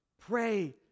pray